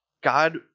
God